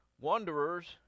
wanderers